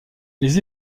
les